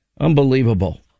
Unbelievable